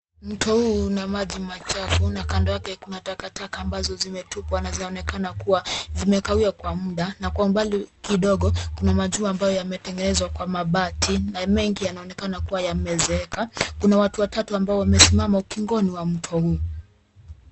Mto huu una maji machafu na kando yake kuna takataka ambazo zimetupwa na zinaonekana kuwa zimekawia kwa muda na kwa umbali kidogo kuna majumba ambayo yametengenezwa kwa mabati na mengi yanaonekana kuwa yamezeeka. Kuna watu watatu ambao wamesimama ukingoni wa mto huu.